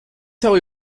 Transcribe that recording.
tell